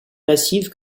massive